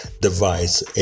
device